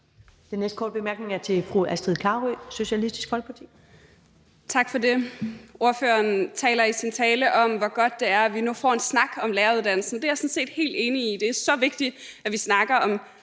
Den næste korte bemærkning er til fru Astrid Carøe, Socialistisk Folkeparti. Kl. 15:51 Astrid Carøe (SF): Tak for det. Ordføreren taler i sin tale om, hvor godt det er, at vi nu får en snak om læreruddannelsen. Det er jeg sådan set helt enig i. Det er så vigtigt, at vi snakker om så vigtig en